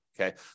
Okay